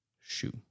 shoe